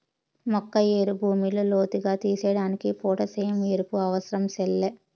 మొక్క ఏరు భూమిలో లోతుగా తీసేదానికి పొటాసియం ఎరువు అవసరం సెల్లే